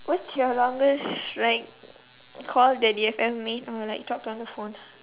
what's your longest like call that you have ever made or like talked on the phone